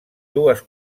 dues